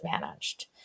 managed